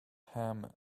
ham